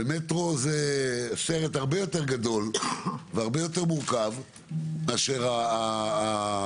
ומטרו זה סרט הרבה יותר גדול והרבה יותר מורכב מאשר הרק"ל.